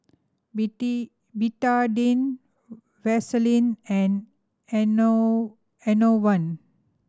Betadine Vaselin and Enervon